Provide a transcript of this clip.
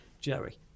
Jerry